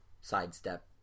sidestep